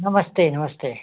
नमस्ते नमस्ते